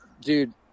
dude